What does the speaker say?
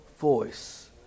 voice